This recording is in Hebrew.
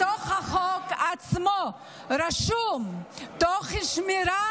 בחוק עצמו רשום: תוך שמירה